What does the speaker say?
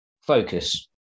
focus